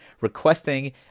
requesting